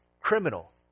criminal